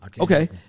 Okay